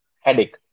headache